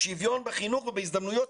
שוויון בחינוך ובהזדמנויות,